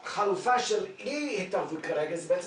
החלופה של אי התערבות כרגע היא בעצם